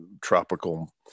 tropical